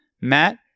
Matt